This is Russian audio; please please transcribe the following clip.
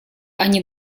они